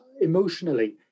emotionally